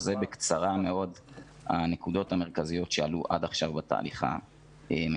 זה בקצרה מאוד הנקודות המרכזיות ש עלו עד עכשיו בתהליך המשתף.